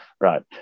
Right